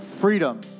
freedom